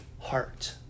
heart